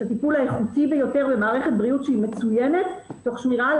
הטיפול האיכותי ביותר במערכת בריאות שהיא מצוינת תוך שמירה על